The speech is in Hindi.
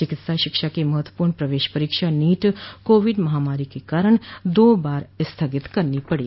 चिकित्सा शिक्षा की महत्वपूर्ण प्रवेश परीक्षा नीट काविड महामारी के कारण दो बार स्थगित करनी पड़ी